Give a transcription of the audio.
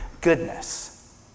goodness